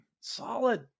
Solid